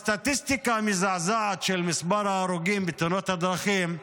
בסטטיסטיקה המזעזעת של מספר ההרוגים בתאונות הדרכים,